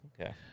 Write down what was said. Okay